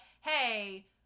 hey-